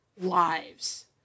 Lives